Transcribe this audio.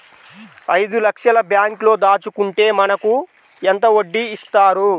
ఐదు లక్షల బ్యాంక్లో దాచుకుంటే మనకు ఎంత వడ్డీ ఇస్తారు?